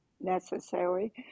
necessary